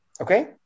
Okay